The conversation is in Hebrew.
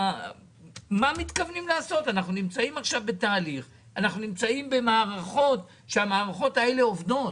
אנחנו נמצאים עכשיו במצב שבו המערכות עובדות.